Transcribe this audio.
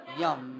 yum